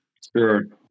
spirit